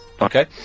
okay